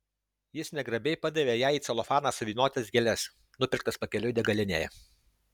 jis negrabiai padavė jai į celofaną suvyniotas gėles nupirktas pakeliui degalinėje